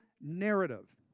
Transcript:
narrative